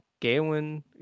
Galen